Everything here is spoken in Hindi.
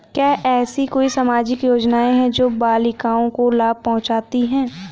क्या ऐसी कोई सामाजिक योजनाएँ हैं जो बालिकाओं को लाभ पहुँचाती हैं?